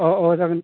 अह अह जागोन